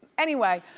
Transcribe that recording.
anyway,